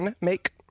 make